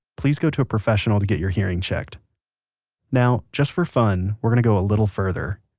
please go to a professional to get your hearing checked now, just for fun, we're going to go a little further.